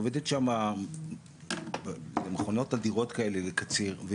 עובדת שמה מכונות על דירות כאלה לקציר,